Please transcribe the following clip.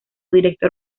director